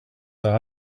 that